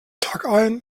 tagein